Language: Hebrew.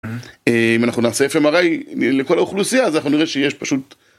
אם אנחנו נעשה FMRI לכל האוכלוסייה אז אנחנו נראה שיש פשוט.